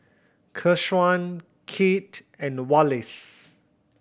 Keshaun Kit and Wallace